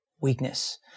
weakness